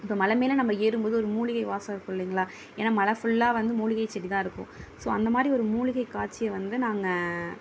இப்போ மலை மேல் நம்ம ஏறும்மோது ஒரு மூலிகை வாசம் இருக்கில்லைங்களா ஏன்னால் மலை ஃபுல்லாக வந்து மூலிகை செடி தான் இருக்கும் ஸோ அந்தமாதிரி ஒரு மூலிகை காட்சியை வந்து நாங்கள்